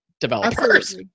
developers